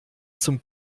zum